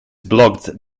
blocked